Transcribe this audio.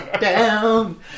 down